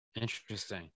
interesting